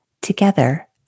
together